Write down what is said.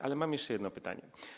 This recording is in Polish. Ale mam jeszcze jedno pytanie.